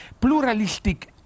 pluralistic